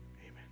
amen